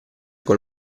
col